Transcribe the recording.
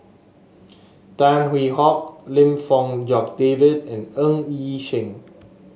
Tan Hwee Hock Lim Fong Jock David and Ng Yi Sheng